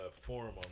forum